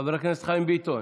חבר הכנסת חיים ביטון,